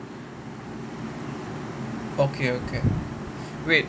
okay okay